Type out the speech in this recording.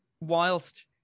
whilst